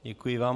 Děkuji vám.